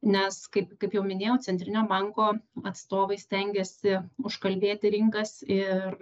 nes kaip kaip jau minėjau centrinio banko atstovai stengiasi užkalbėti rinkas ir